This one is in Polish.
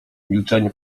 milczenie